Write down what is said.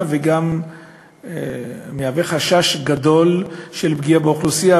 וגם מהווה חשש גדול לפגיעה באוכלוסייה.